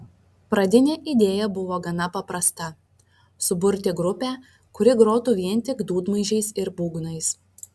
pradinė idėja buvo gana paprasta suburti grupę kuri grotų vien tik dūdmaišiais ir būgnais